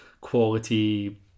quality